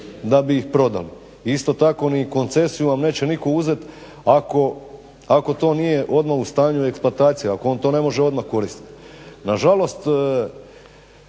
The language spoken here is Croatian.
da bi ih prodali. Isto tako ni koncesiju vam neće nitko uzet ako to nije odmah u stanju eksploatacije, ako on to ne može odmah koristiti. Na žalost